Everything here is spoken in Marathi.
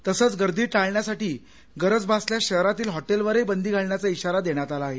तसंच गर्दी टाळण्यासाठी गरज भासल्यास शहरातील हॉटेलवरही बंदी घालण्याचा इशारा देण्यात आला आहे